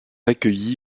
accueilli